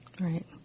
Right